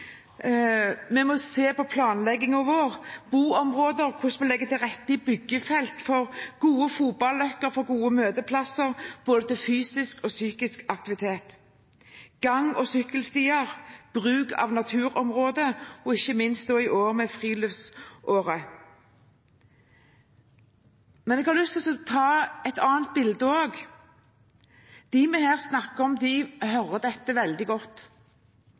Vi må se på planleggingen vår, på boområder, på hvordan vi legger til rette i byggefelt for gode fotballøkker, for gode møteplasser, for både fysisk og psykisk aktivitet, på gang- og sykkelstier og bruk av naturområder – ikke minst i år, med friluftsåret. Men jeg har også lyst til å ta et annet bilde. Dem vi her snakker om, hører dette veldig godt.